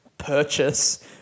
purchase